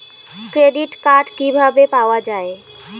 Credit card কিভাবে পাওয়া য়ায়?